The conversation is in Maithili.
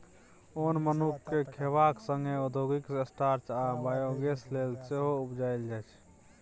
ओन मनुख केँ खेबाक संगे औद्योगिक स्टार्च आ बायोगैस लेल सेहो उपजाएल जाइ छै